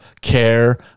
care